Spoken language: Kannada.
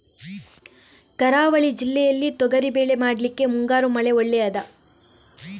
ಕರಾವಳಿ ಜಿಲ್ಲೆಯಲ್ಲಿ ತೊಗರಿಬೇಳೆ ಮಾಡ್ಲಿಕ್ಕೆ ಮುಂಗಾರು ಮಳೆ ಒಳ್ಳೆಯದ?